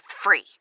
free